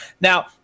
Now